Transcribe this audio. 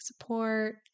support